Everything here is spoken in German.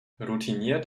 routiniert